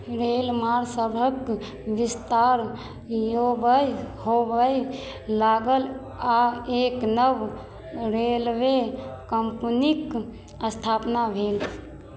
रेलमार्ग सभक विस्तार योबय होबय लागल आओर एक नव रेलवे कम्पनीक स्थापना भेल